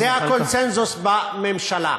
זה הקונסנזוס בממשלה.